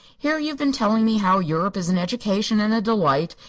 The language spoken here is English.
here you've been telling me how europe is an education and a delight,